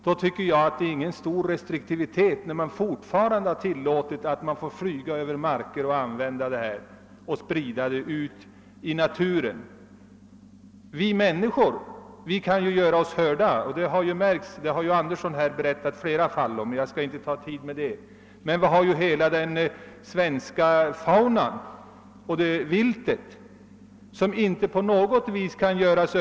Det iakttas inte någon stor restriktivitet, när det fortfarande tillåts att detta medel sprids från flygplan ut i naturen. Vi människor kan ju göra oss hörda. Herr Andersson i Storfors har relaterat flera sådana fall som väckt stor uppmärksamhet, så jag skall inte ta upp tid med detta.